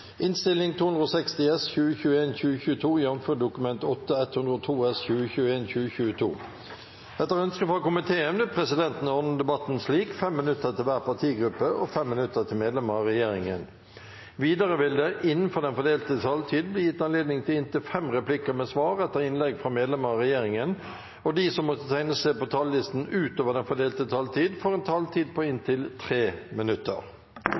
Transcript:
minutter til medlemmer av regjeringen. Videre vil det – innenfor den fordelte taletid – bli gitt anledning til inntil fem replikker med svar etter innlegg fra medlemmer av regjeringen, og de som måtte tegne seg på talerlisten utover den fordelte taletid, får en taletid på inntil 3 minutter.